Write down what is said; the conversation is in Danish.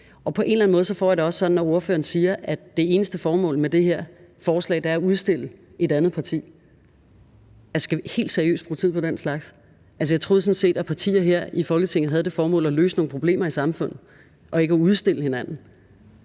På en eller anden måde får jeg det også sådan, når ordføreren siger, at det eneste formål med det her forslag er at udstille et andet parti. Skal vi helt seriøst bruge tid på den slags? Jeg troede sådan set, at partier her i Folketinget havde det formål at løse nogle problemer i samfundet og ikke at udstille hinanden.